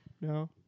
no